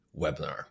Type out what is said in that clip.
webinar